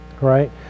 Right